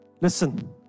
listen